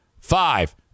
Five